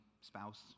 spouse